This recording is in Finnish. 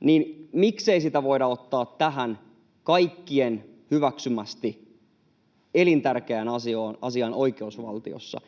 niin miksei sitä voida ottaa tähän kaikkien hyväksymään, elintärkeään asiaan oikeusvaltiossa?